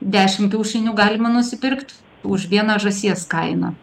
dešim kiaušinių galima nusipirkt už vieną žąsies kainą